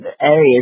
areas